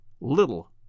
little